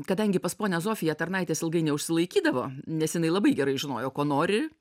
kadangi pas ponią zofiją tarnaitės ilgai neužsilaikydavo nes jinai labai gerai žinojo ko nori